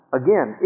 again